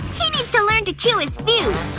he needs to learn to chew his food